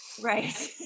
Right